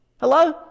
Hello